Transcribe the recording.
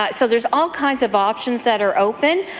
ah so there's all kinds of options that are open.